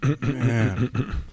Man